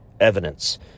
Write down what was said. Evidence